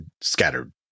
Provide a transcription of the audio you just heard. scattered